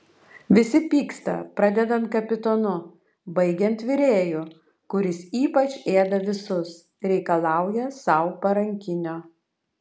visi pyksta pradedant kapitonu baigiant virėju kuris ypač ėda visus reikalauja sau parankinio